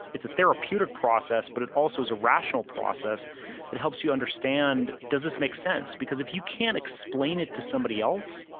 it's a therapeutic process, but it also is a rational process that helps you understand, does this make sense? because if you can't explain it to somebody else,